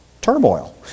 Turmoil